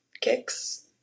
kicks